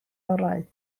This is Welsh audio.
orau